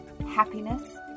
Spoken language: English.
happiness